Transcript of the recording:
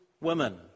women